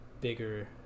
bigger